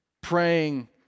praying